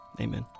Amen